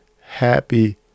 happy